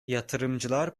yatırımcılar